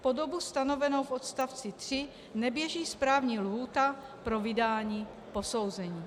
Po dobu stanovenou v odstavci 3 neběží správní lhůta pro vydání posouzení.